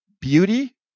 beauty